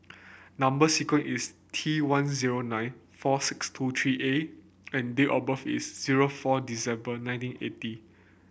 number sequence is T one zero nine four six two three A and date of birth is zero four December nineteen eighty